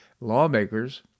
lawmakers